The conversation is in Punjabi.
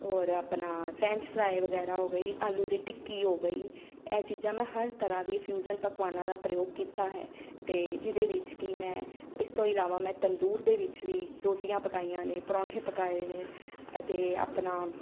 ਔਰ ਆਪਣਾ ਫਰੈਂਚ ਫਰਾਈ ਵਗੈਰਾ ਹੋ ਗਈ ਆਲੂ ਦੀ ਟਿੱਕੀ ਹੋ ਗਈ ਇਹ ਚੀਜ਼ਾਂ ਮੈਂ ਹਰ ਤਰ੍ਹਾਂ ਦੀ ਫਿਊਜ਼ਨ ਪਕਵਾਨਾਂ ਦਾ ਪ੍ਰਯੋਗ ਕੀਤਾ ਹੈ ਅਤੇ ਜਿਹਦੇ ਵਿੱਚ ਕਿ ਮੈਂ ਇਸ ਤੋਂ ਇਲਾਵਾ ਮੈਂ ਤੰਦੂਰ ਦੇ ਵਿੱਚ ਵੀ ਰੋਟੀਆਂ ਪਕਾਈਆਂ ਨੇ ਪਰੌਂਠੇ ਪਕਾਏ ਨੇ ਅਤੇ ਆਪਣਾ